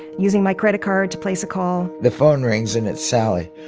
using my credit card to place a call the phone rings, and it's sally.